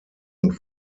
und